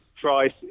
price